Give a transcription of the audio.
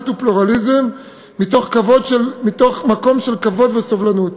ופלורליזם מתוך מקום של כבוד וסובלנות.